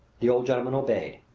the old gentleman obeyed.